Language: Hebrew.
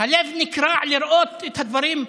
הלב נקרע לראות את הדברים,